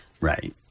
Right